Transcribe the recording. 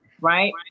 Right